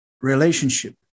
relationship